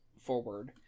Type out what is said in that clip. forward